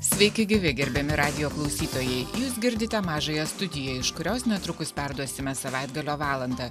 sveiki gyvi gerbiami radijo klausytojai jūs girdite mažąją studiją iš kurios netrukus perduosime savaitgalio valandą